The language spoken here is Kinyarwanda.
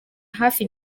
hafi